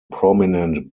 prominent